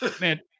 Man